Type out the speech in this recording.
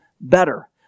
better